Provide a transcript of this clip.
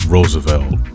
Roosevelt